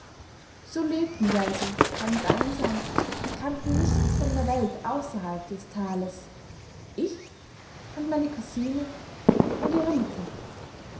so lebten wir also ganz einsam und kannten nichts von der welt außerhalb des tales ich und meine kusine und ihre mutter